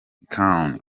khan